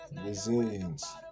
Resilience